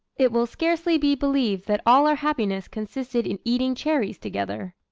it will scarcely be believed that all our happiness consisted in eating cherries together.